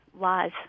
laws